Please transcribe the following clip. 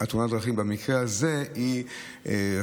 יכול להיות שתאונות הדרכים במקרה הזה היא אנושית,